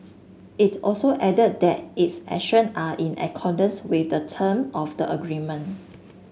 it also added that its action are in accordance with the term of the agreement